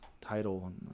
title